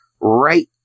right